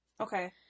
Okay